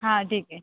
हां ठीक आहे